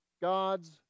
God's